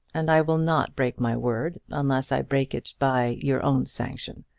and i will not break my word unless i break it by your own sanction.